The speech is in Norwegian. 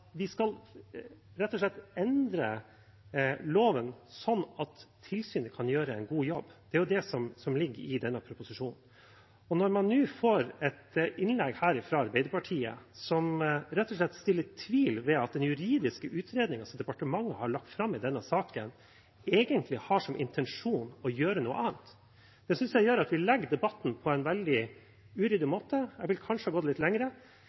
Det er det som ligger i denne proposisjonen. Så får man et innlegg nå fra Arbeiderpartiet som rett og slett reiser tvil om den juridiske utredningen som departementet har lagt fram i denne saken, at den egentlig har som intensjon å gjøre noe annet. Det synes jeg gjør at vi legger opp debatten på en veldig uryddig måte. Jeg ville kanskje gått litt